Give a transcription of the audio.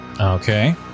Okay